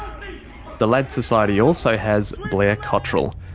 the lad's society also has blair cottrell.